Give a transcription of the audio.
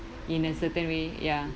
in a certain way ya